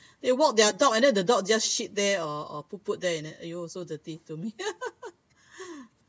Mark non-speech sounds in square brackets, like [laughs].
they walked their dog and the dog just shit there or or poop poop there and then !aiyo! so dirty to me [laughs]